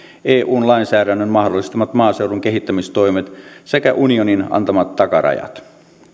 eun lainsäädännön mahdollistamat maaseudun kehittämistoimet sekä unionin antamat takarajat